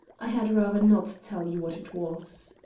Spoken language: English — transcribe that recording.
i had rather not tell you what it was.